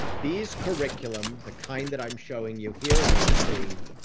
these curriculum, the kind that i'm showing you here on the screen,